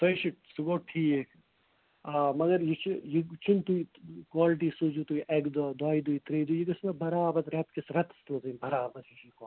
تۄہہِ چھِ سُہ گوٚو ٹھیٖک آ مگر یہِ چھُ یہِ چھُ نہٕ تُہۍ کالٹی سوزِو تُہۍ اَکہِ دۄہ دۄیہِ دُہۍ ترٛیٚیہِ دُہۍ یہِ گَژھ مےٚ برابر رٮ۪تٕکِس رٮ۪تَس روزٕنۍ برابر یہَے